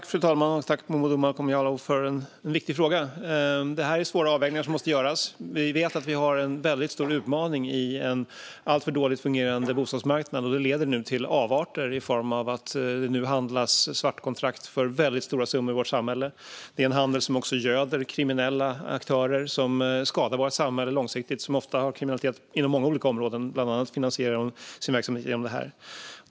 Fru talman! Tack, Momodou Malcolm Jallow, för en viktig fråga! Det är svåra avvägningar som måste göras. Vi vet att vi har en stor utmaning i en alltför dåligt fungerande bostadsmarknad. Det leder till avarter; nu handlas svartkontrakt för väldigt stora summor i vårt samhälle. Det är en handel som också göder kriminella aktörer som skadar vårt samhälle långsiktigt och som ofta ägnar sig åt kriminalitet inom många olika områden. De finansierar sin verksamhet bland annat genom det här.